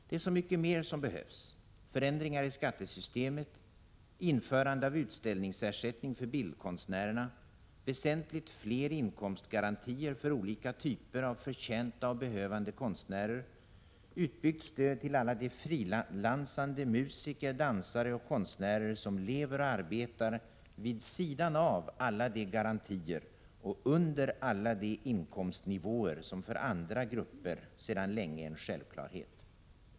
Det är så mycket mer som behövs: förändringar i skattesystemet, införande av utställningsersättning för bildkonstnärerna, väsentligt fler inkomstgarantier för olika typer av förtjänta och behövande konstnärer, utbyggt stöd till alla de frilansande musiker, dansare och konstnärer som lever och arbetar vid sidan av alla de garantier och under alla de inkomstnivåer som för andra grupper sedan länge är en självklarhet.